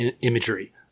imagery